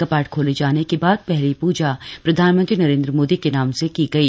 कपाट खोले जाने के बाद पहली पूजा प्रधानमंत्री नरेंद्र मोदी के नाम से की गई